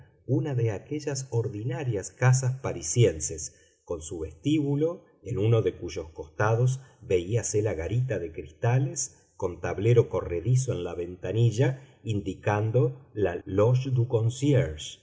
una de aquellas ordinarias casas parisienses con su vestíbulo en uno de cuyos costados veíase la garita de cristales con tablero corredizo en la ventanilla indicando la loge